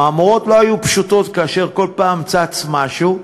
המהמורות לא היו פשוטות, וכל פעם צץ משהו: